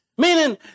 meaning